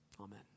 Amen